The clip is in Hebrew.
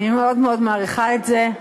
אני מאוד מאוד מעריכה את זה,